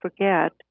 forget